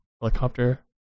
helicopter